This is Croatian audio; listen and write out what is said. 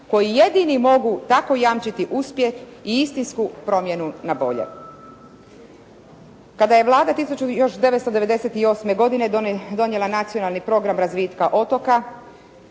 koji jedini mogu tako jamčiti uspjeh i istinsku promjenu na bolje. Kada je Vlada još 1998. godine donijela Nacionalni program razvitka otoka,